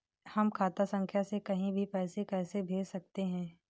हम खाता संख्या से कहीं भी पैसे कैसे भेज सकते हैं?